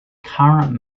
current